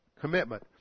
commitment